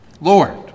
Lord